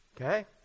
Okay